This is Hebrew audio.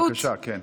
בבקשה, כן.